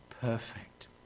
perfect